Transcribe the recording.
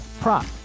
prop